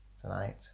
tonight